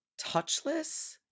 Touchless